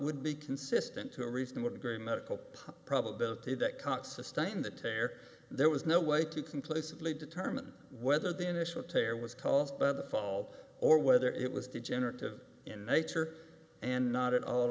would be consistent to a reasonable degree medical probability that can't sustain the tear there was no way to conclusively determine whether the initial tear was caused by the fall or whether it was degenerative in nature and not at all